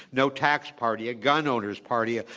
no tax party, a gun owner's party, ah